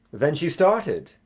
then she started?